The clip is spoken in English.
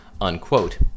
unquote